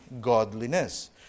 godliness